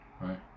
right